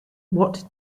what